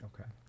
Okay